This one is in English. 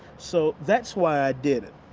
so, that's why i did it.